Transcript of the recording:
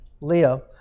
Leah